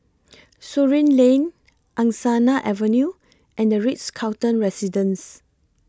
Surin Lane Angsana Avenue and The Ritz Carlton Residences